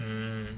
mm